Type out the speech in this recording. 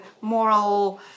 moral